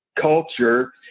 culture